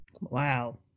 wow